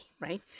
right